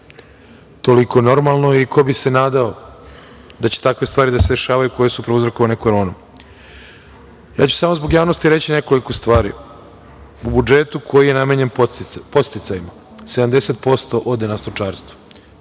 toliko normalno i ko bi se nadao da će takve stvari da se dešavaju i koje su prouzrokovane koronom. Ja ću samo zbog javnosti reći nekoliko stvari. U budžetu koji je namenjen podsticajima skoro 70% ode na stočarstvo.